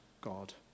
God